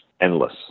endless